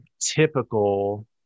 typical